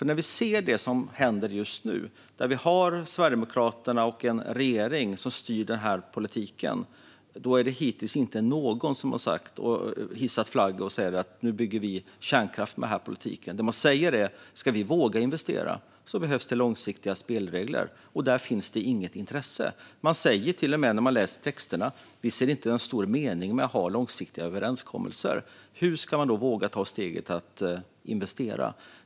När vi ser det som händer just nu, med Sverigedemokraterna och en regering som styr politiken, är det hittills inte någon som hissat flagg och sagt att kärnkraft ska byggas med hjälp av denna politik. Det vi undrar är om man vågar investera eftersom det behövs långsiktiga spelregler. Och där finns inget intresse. I texterna framgår det att man inte ser en mening med att ha långsiktiga överenskommelser. Hur ska man då våga ta steget att investera?